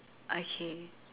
okay